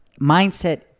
mindset